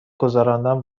گذراندن